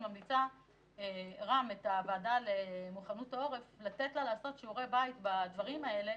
אני ממליצה לתת לוועדה למוכנות העורף לעשות שיעורי בית בנושאים האלה,